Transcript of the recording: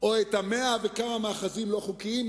או את 100 וכמה המאחזים הלא-חוקיים?